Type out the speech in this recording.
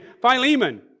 Philemon